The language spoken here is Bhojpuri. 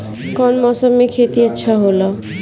कौन मौसम मे खेती अच्छा होला?